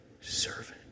servant